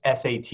SAT